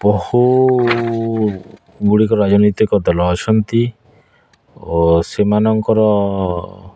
ବହୁ ଗୁଡ଼ିକ ରାଜନୈତିକ ଦଳ ଅଛନ୍ତି ଓ ସେମାନଙ୍କର